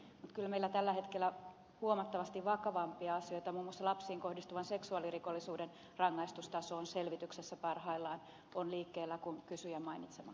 mutta kyllä meillä tällä hetkellä on huomattavasti vakavampia asioita muun muassa lapsiin kohdistuvan seksuaalirikollisuuden rangaistustaso on selvityksessä parhaillaan liikkeellä kuin kysyjän mainitsema kysymys